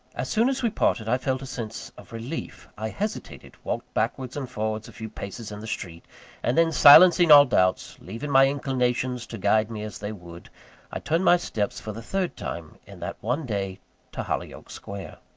as soon as we parted i felt a sense of relief. i hesitated, walked backwards and forwards a few paces in the street and then, silencing all doubts, leaving my inclinations to guide me as they would i turned my steps for the third time in that one day to hollyoake square.